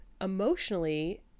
emotionally